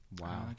Wow